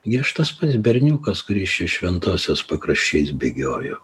gi aš tas pats berniukas kuris čia šventosios pakraščiais bėgiojau